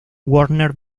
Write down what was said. warner